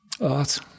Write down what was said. art